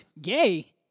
Gay